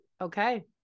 Okay